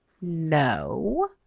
no